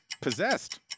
Possessed